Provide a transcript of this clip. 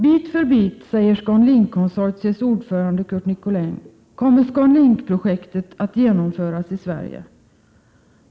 Bit för bit, säger ScanLink-konsortiets ordförande Curt Nicolin, kommer ScanLink-projektet att genomföras i Sverige.